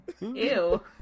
Ew